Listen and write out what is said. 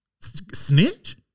Snitch